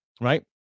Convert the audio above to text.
Right